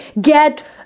get